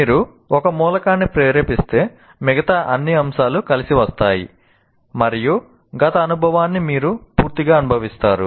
మీరు ఒక మూలకాన్ని ప్రేరేపిస్తే మిగతా అన్ని అంశాలు కలిసి వస్తాయి మరియు గత అనుభవాన్ని మీరు పూర్తిగా అనుభవిస్తారు